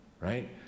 Right